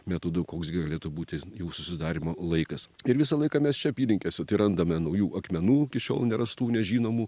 metodu koks gi galėtų būti jų susidarymo laikas ir visą laiką mes čia apylinkėse tai randame naujų akmenų iki šiol nerastų nežinomų